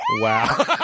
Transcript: Wow